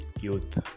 youth